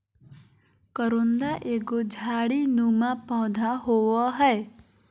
करोंदा एगो झाड़ी नुमा पौधा होव हय